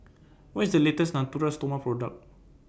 What IS The latest Natura Stoma Product